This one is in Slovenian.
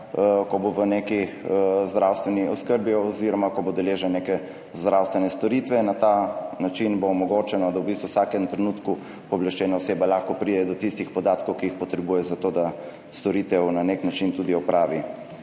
ko bo v neki zdravstveni oskrbi oziroma ko bo deležen neke zdravstvene storitve. Na ta način bo omogočeno, da v bistvu v vsakem trenutku pooblaščena oseba lahko pride do tistih podatkov, ki jih potrebuje za to, da storitev na nek način tudi opravi.